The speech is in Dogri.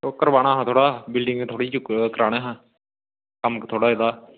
ओह् कराना हा थोह्ड़ा ओह् बिल्डिंग कराना हा कम्म थोह्ड़ा जेह्ड़ा